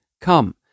come